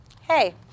hey